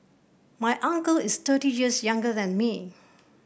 my uncle is thirty years younger than me